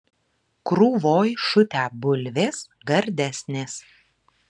krūvoj šutę bulvės gardesnės